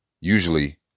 usually